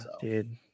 dude